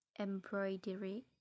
embroidery